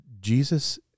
Jesus